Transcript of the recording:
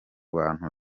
bantu